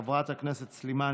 חברת הכנסת סלימאן,